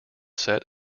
set